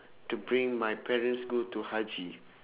to bring my parents go to haji